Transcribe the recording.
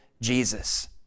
Jesus